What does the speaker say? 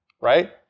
right